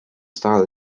style